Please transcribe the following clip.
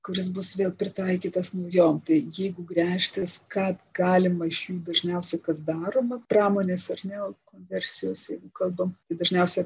kuris bus vėl pritaikytas naujam tai jeigu gręžtis kad galima iš jų dažniausiai kas daroma pramonės ar ne konversijos jeigu kalbam ir dažniausia